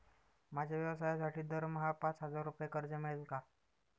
माझ्या व्यवसायासाठी दरमहा पाच हजार रुपये कर्ज मिळेल का?